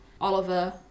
Oliver